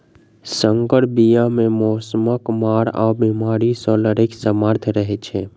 सँकर बीया मे मौसमक मार आ बेमारी सँ लड़ैक सामर्थ रहै छै